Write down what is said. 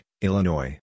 Illinois